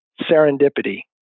serendipity